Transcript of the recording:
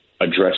address